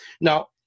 Now